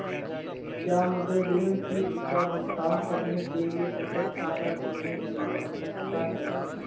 क्या मुझे ऋण किश्त का भुगतान करने के लिए बचत खाता खोलने की आवश्यकता है?